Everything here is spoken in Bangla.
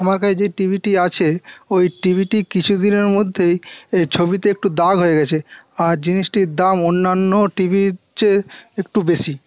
আমার কাছে যে টিভিটি আছে ওই টিভিটি কিছুদিনের মধ্যেই এই ছবিতে একটু দাগ হয়ে গেছে আর জিনিসটির দাম অন্যান্য টিভির চেয়ে একটু বেশি